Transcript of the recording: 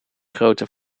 grootte